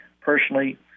personally